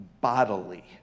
bodily